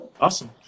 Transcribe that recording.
Awesome